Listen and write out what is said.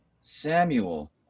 samuel